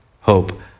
hope